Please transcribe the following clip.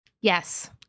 Yes